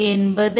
என்பதே